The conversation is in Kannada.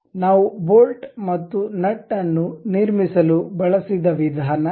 ನಾವು ಬೋಲ್ಟ್ ಮತ್ತು ನಟ್ ಅನ್ನು ನಿರ್ಮಿಸಲು ಬಳಸಿದ ವಿಧಾನ ಇದು